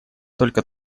только